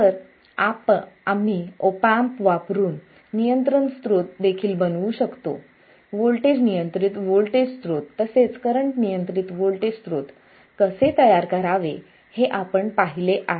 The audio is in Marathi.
तर आम्ही ऑप एम्प वापरुन नियंत्रण स्त्रोत देखील बनवू शकतो व्होल्टेज नियंत्रित व्होल्टेज स्रोत तसेच करंट नियंत्रित व्होल्टेज स्त्रोत कसे तयार करावे हे आपण पाहिले आहे